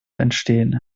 entstehen